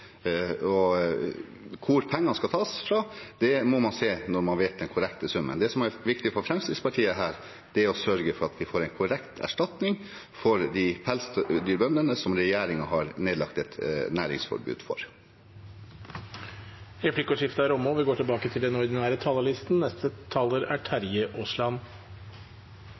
Hvor pengene skal tas fra, må man se når man vet den korrekte summen. Det som er viktig for Fremskrittspartiet her, er å sørge for at vi får en korrekt erstatning for pelsdyrbøndene, som regjeringen har nedlagt et næringsforbud for. Replikkordskiftet er omme.